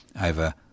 over